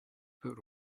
but